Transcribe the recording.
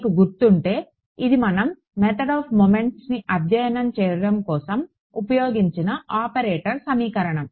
మీకు గుర్తుంటే ఇది మనం మెథడ్ ఆఫ్ మొమెంట్స్ని అధ్యయనం చేయడం కోసం ఉపయోగించిన ఆపరేటర్ సమీకరణం